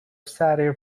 satire